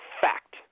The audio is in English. fact